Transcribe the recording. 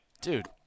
Dude